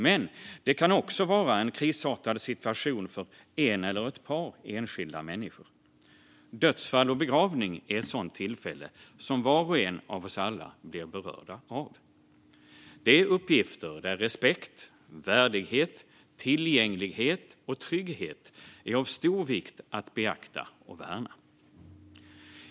Men det kan också handla om en krisartad situation för en eller ett par enskilda människor. Dödsfall och begravning är ett sådant tillfälle som var och en av oss alla blir berörda av. Det är uppgifter där respekt, värdighet, tillgänglighet och trygghet är av stor vikt att beakta och värna.